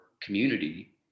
community